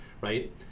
right